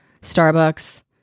Starbucks